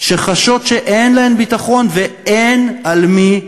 חשות שאין להן ביטחון ואין על מי לסמוך.